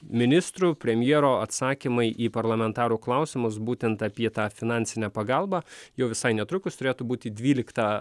ministrų premjero atsakymai į parlamentarų klausimus būtent apie tą finansinę pagalbą jau visai netrukus turėtų būti dvyliktą